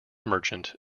merchant